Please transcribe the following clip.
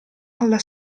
alla